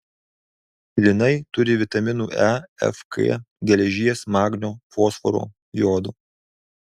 linai turi vitaminų e f k geležies magnio fosforo jodo